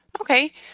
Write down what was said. Okay